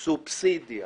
לגבי סובסידיה